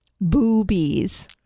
Boobies